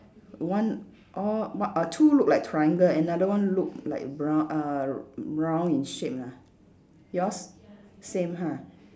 one all what uh two look like triangle another one look like brown uh r~ brown in shape lah yours same ha